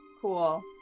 Cool